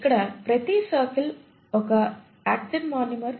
ఇక్కడ ప్రతి సర్కిల్ ఒక యాక్టిన్ మోనోమర్